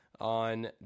on